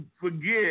forget